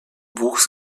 wuchs